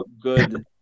Good